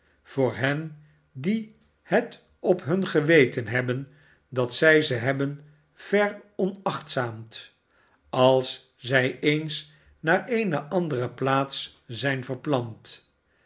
voor hen die het op hun geweten hebben dat zij ze hebben veronachtzaamd als zij eens naar eene andere plaats zijn verplant